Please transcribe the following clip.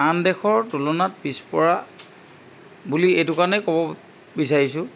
আন দেশৰ তুলনাত পিছ পৰা বুলি এইটো কাৰণেই ক'ব বিচাৰিছোঁ